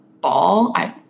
ball